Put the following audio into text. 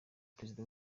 perezida